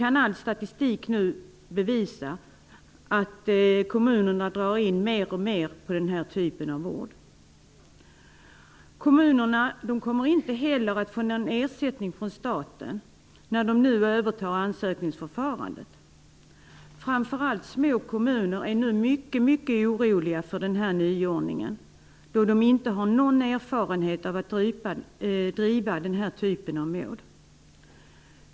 All statistik kan nu bevisa att kommunerna drar in mer och mer på den här typen av vård. Kommunerna kommer inte heller att få någon ersättning från staten när de nu övertar ansökningsförfarandet. Framför allt små kommuner är nu mycket mycket oroliga för den här nyordningen, då de inte har någon erfarenhet av att driva den här typen av mål.